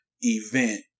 event